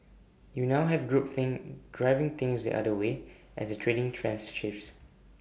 you now have group think driving things the other way as A trading trends shifts